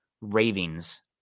ravings